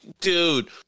dude